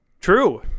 True